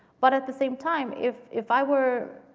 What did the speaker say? but at the same time, if if i were